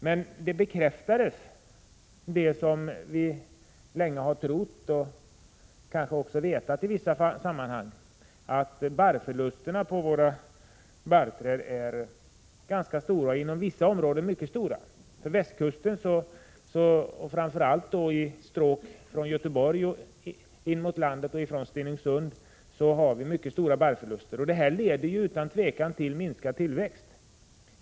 Men där bekräftades det som vi länge har trott och i vissa fall också vetat, att barrförlusterna på våra barrträd är ganska stora och inom vissa områden mycket stora. På västkusten, framför allt i stråk från Göteborg in mot landet och från Stenungsund, är barrförlusterna mycket stora. Det här leder utan tvivel till minskad tillväxt.